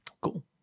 Cool